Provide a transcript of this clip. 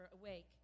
awake